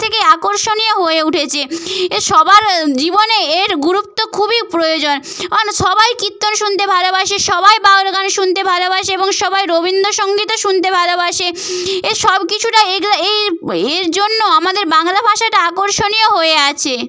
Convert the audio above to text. থেকে আকর্ষণীয় হয়ে উঠেছে সবার জীবনে এর গুরুত্ব খুবই প্রয়োজন সবাই কীর্তন শুনতে ভালোবাসে সবাই বাউল গান শুনতে ভালোবাসে এবং সবাই রবীন্দ্রসঙ্গীতও শুনতে ভালোবাসে এ সব কিছুটা এই এর জন্য আমাদের বাংলা ভাষাটা আকর্ষণীয় হয়ে আছে